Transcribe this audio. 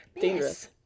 Dangerous